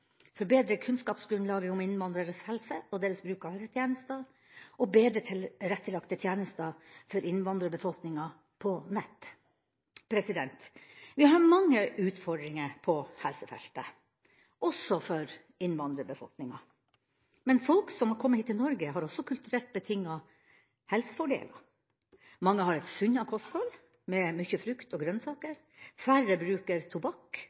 forbedre kunnskapsgrunnlaget om innvandreres helse og deres bruk av helsetjenester ha bedre tilrettelagte tjenester på Internett for innvandrerbefolkninga. Vi har mange utfordringer på helsefeltet – også for innvandrerbefolkninga. Men folk som har kommet hit til Norge, har også kulturelt betingede helsefordeler. Mange har et sunnere kosthold, med mye frukt og grønnsaker, færre bruker tobakk